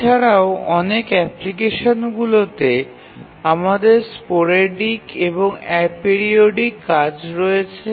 এছাড়াও অনেক অ্যাপ্লিকেশনগুলিতে স্পোরেডিক এবং এপিরিওডিক কাজ রয়েছে